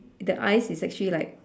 the eyes is actually like